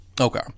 Okay